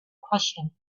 question